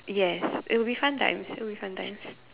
yes it will be fun times still will be fun times